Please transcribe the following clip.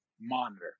monitor